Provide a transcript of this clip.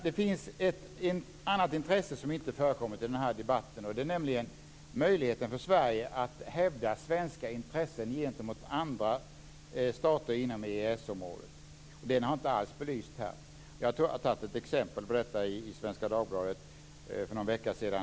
Det finns ett annat intresse som inte har tagits upp i den här debatten, nämligen möjligheten för Sverige att hävda svenska intressen gentemot andra stater inom EES-området. Den möjligheten har inte alls belysts här. Jag tror att jag har tagit exempel på detta från Svenska Dagbladet för någon vecka sedan.